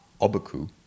Obaku